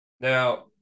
Now